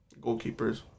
goalkeepers